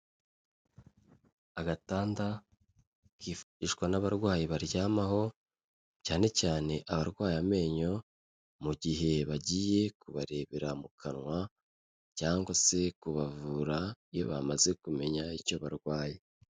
Agatanda kifashishwa n'abarwayi baryamaho cyane cyane abarwaye amenyo mu gihe bagiye kubarebera mu kanwa cyangwa se kubavura iyo bamaze kumenya icyo barwaye.